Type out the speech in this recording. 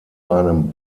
einem